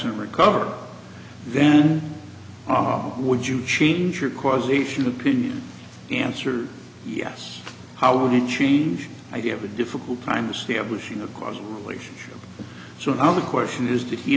and recover then would you change your causation opinion answered yes how would you change i gave a difficult time establishing a causal relationship so now the question is